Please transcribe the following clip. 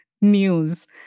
news